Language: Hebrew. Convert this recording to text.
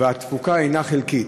והתפוקה הנה חלקית,